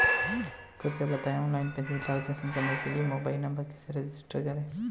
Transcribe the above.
कृपया बताएं ऑनलाइन पैसे ट्रांसफर करने के लिए मोबाइल नंबर कैसे रजिस्टर करें?